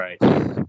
Right